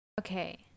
Okay